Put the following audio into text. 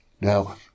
Now